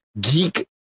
geek